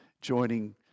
joining